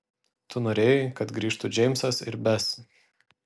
tu norėjai kad grįžtų džeimsas ir bes